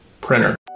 printer